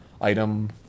item